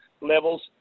levels